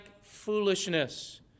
foolishness